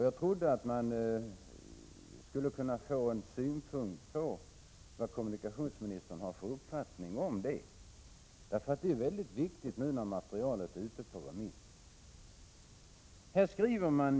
Jag trodde att man skulle kunna få en synpunkt från kommunikationsministern, om vilken uppfattning han har om detta. Det är ju väldigt viktigt nu, när materialet är ute på remiss.